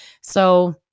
So-